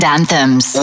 Anthems